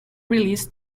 release